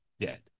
dead